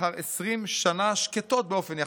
לאחר 20 שנה שקטות באופן יחסי.